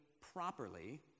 properly